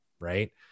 Right